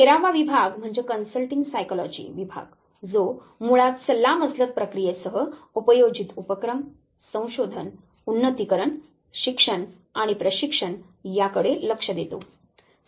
तेरावा विभाग म्हणजे कनसल्टिंग सायकॉलजी विभाग जो मुळात सल्लामसलत प्रक्रियेसह उपयोजित उपक्रम संशोधन उन्नतीकरण शिक्षण आणि प्रशिक्षण याकडे लक्ष देतो